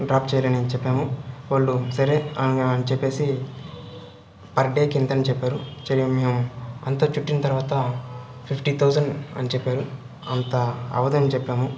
drop చేయాలని చెప్పాము వాళ్ళు సరే అ అ చెప్పి పర్ డేకి ఇంతని చెప్పారు సరే మేము అంతా చుట్టిన తర్వాత ఫిఫ్టీ థౌసండ్ అని చెప్పారు అంత అవదని చెప్పాము